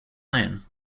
iron